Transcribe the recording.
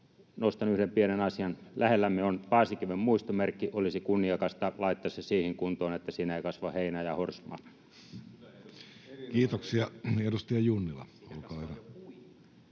Nostan yhden pienen asian: Lähellämme on Paasikiven muistomerkki. Olisi kunniakasta laittaa se siihen kuntoon, että siinä ei kasva heinää ja horsmaa. [Kimmo Kiljunen: Hyvä